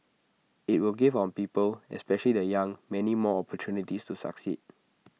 IT will give on people especially the young many more opportunities to succeed